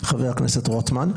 חבר הכנסת רוטמן,